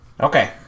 Okay